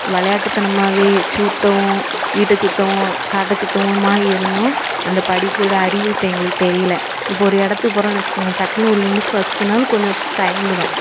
விளையாட்டுத்தனமாவே சுத்தவும் வீட்டை சுத்தவும் காட்டை சுத்தவுமா இருந்தோம் அந்த படிப்போட அறிவு இப்போ எங்களுக்கு தெரியல இப்போது ஒரு இடத்துக்கு போறோம்னு வைச்சுக்குங்க டக்குன்னு ஒரு இங்க்லிஷ் வாசிக்கணுனாலும் கொஞ்சம் தயங்குகிறோம்